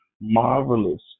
marvelous